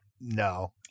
no